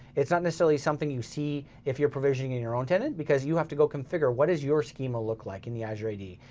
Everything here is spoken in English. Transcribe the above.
it's not necessarily something you see if your provisioning in your own tenant, because you have to go configure what does your schema look like in the azure ad.